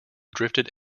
drifted